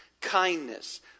Kindness